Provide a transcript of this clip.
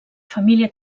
família